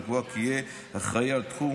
ולקבוע כי יהיה אחראי לתחום